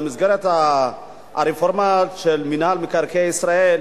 במסגרת הרפורמה של מינהל מקרקעי ישראל,